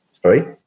Sorry